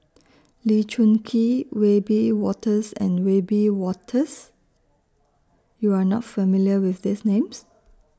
Lee Choon Kee Wiebe Wolters and Wiebe Wolters YOU Are not familiar with These Names